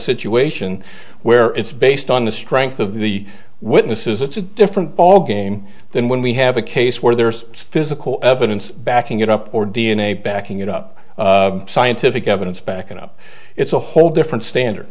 situation where it's based on the strength of the witnesses it's a different ballgame than when we have a case where there's physical evidence backing it up or d n a backing it up scientific evidence backing up it's a whole different standard